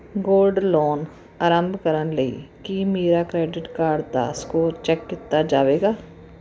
gold loan ਆਰੰਭ ਕਰਨ ਲਈ ਕੀ ਮੇਰਾ ਕਰੈਡਿਟ ਕਾਰਡ ਦਾ ਸਕੋਰ ਚੈੱਕ ਕੀਤਾ ਜਾਵੇਗਾ